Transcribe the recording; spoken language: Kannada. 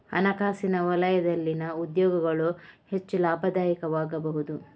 ಹಣಕಾಸಿನ ವಲಯದಲ್ಲಿನ ಉದ್ಯೋಗಗಳು ಹೆಚ್ಚು ಲಾಭದಾಯಕವಾಗಬಹುದು